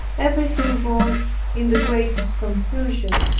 everything was in the greatest confusion.